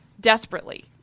desperately